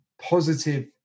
positive